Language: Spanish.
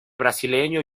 brasileño